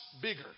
bigger